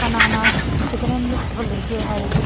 ꯀꯅꯥꯅ ꯁꯦꯀꯦꯟꯍꯦꯟ ꯂꯤꯠꯇꯕ ꯂꯩꯒꯦ ꯍꯥꯏꯔꯗꯤ